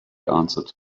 answered